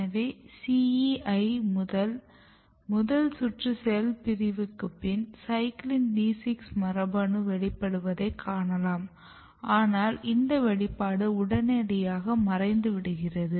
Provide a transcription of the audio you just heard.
எனவே CEI முதல் சுற்று செல் பிரிவுக்கு பின் CYCLIN D6 மரபணு வெளிப்படுவதை காணலாம் ஆனால் இந்த வெளிப்பாடு உடனடியாக மறைந்துவிடுகிறது